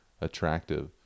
attractive